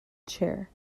chair